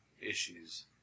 issues